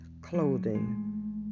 clothing